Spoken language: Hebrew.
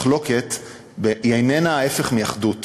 מחלוקת היא איננה ההפך מאחדות